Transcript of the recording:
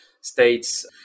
states